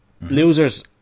Losers